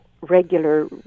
regular